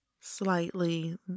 slightly